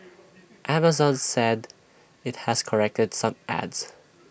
Amazon said IT has corrected some ads